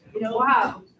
Wow